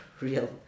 real